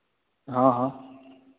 हाँ हाँ